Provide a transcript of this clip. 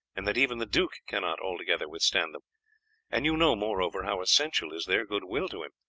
and that even the duke cannot altogether withstand them and you know, moreover, how essential is their goodwill to him.